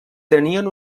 tenien